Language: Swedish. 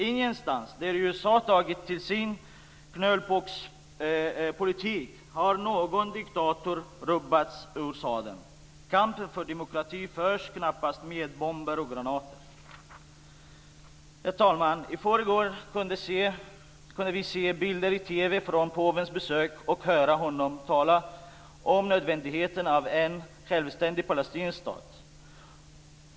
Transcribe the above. Ingenstans där USA tagit till sin knölpåkspolitik har någon diktator rubbats ur sadeln. Kampen för demokrati förs knappast med bomber och granater. Herr talman! I förrgår kunde vi se bilder i TV från påvens besök och höra honom tala om nödvändigheten av en självständig palestinsk stat.